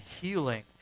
healing